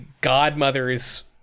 godmother's